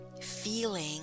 feeling